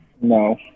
No